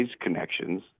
connections